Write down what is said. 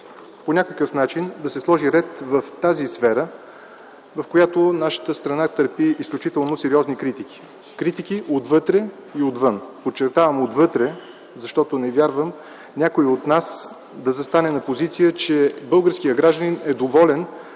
по някакъв начин да се сложи ред в тази сфера, в която нашата страна търпи изключително сериозни критики. Критики отвътре и отвън. Подчертавам отвътре, защото не вярвам някой от нас да застане на позиция, че българският гражданин е доволен